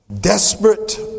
Desperate